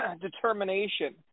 determination